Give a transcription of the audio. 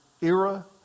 era